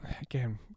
again